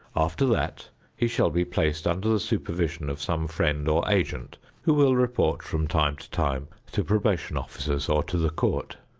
after that he shall be placed under the supervision of some friend or agent who will report from time to time to probation officers or to the court.